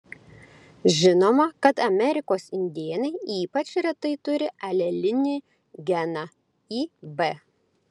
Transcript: žinoma kad amerikos indėnai ypač retai turi alelinį geną ib